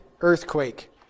earthquake